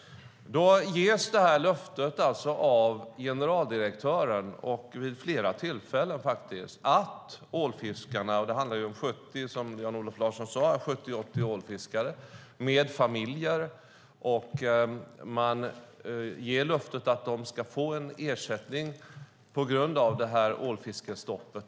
Då ges det här löftet av generaldirektören, vid flera tillfällen, att de 70-80 ålfiskarna med familjer ska få en ersättning på grund av detta ålfiskestopp.